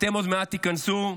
אתם עוד מעט תיכנסו,